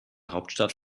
hauptstadt